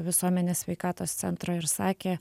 visuomenės sveikatos centro ir sakė